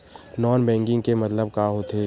Non banking के मतलब का होथे?